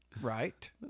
right